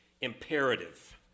imperative